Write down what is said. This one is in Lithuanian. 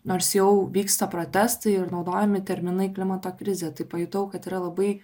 nors jau vyksta protestai ir naudojami terminai klimato krizė tai pajutau kad yra labai